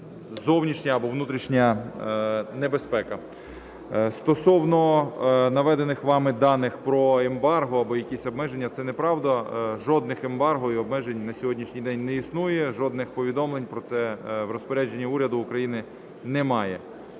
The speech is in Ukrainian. зовнішня або внутрішня небезпека. Стосовно наведених вами даних про ембарго або якісь обмеження, це неправда. Жодних ембарго і обмежень на сьогоднішній день не існує, жодних повідомлень про це в розпорядженні уряду України немає.